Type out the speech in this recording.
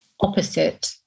opposite